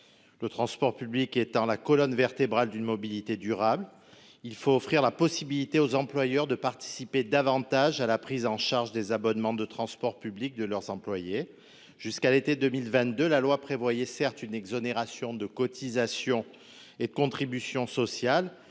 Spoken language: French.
Le transport public étant la colonne vertébrale d’une mobilité durable, il faut permettre aux employeurs de participer davantage à la prise en charge des abonnements de transport public de leurs employés. Jusqu’à l’été 2022, la loi prévoyait certes une exonération de cotisations et de contributions sociales,